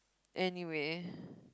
anyway